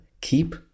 keep